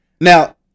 Now